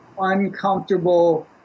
uncomfortable